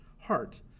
heart